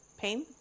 Pain